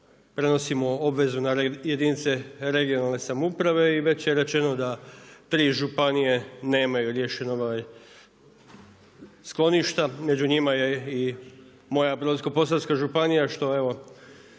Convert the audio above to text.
prenosimo obvezu na jedinice regionalne samouprave i već je rečeno da tri županije nemaju riješena skloništa, među njima je i moja Brodsko-posavska županija što evo